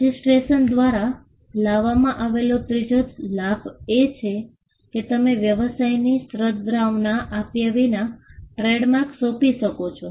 registration દ્વારા લાવવામાં આવેલું ત્રીજો લાભ એ છે કે તમે વ્યવસાયની સદ્ભાવના આપ્યા વિના ટ્રેડમાર્ક સોંપી શકો છો